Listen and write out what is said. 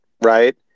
Right